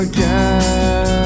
Again